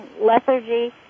lethargy